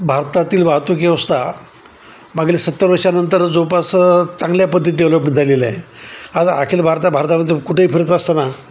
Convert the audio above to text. भारतातील वाहतूकव्यवस्था मागील सत्तर वर्षानंतर जवळपास चांगल्यापद्धतीने डेव्हलप झालेलं आहे आज अखिल भारता भारतामध्ये कुठेही फिरत असताना